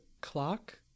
clock